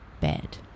bed